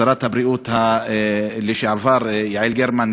שרת הבריאות לשעבר יעל גרמן,